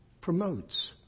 Promotes